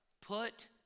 Put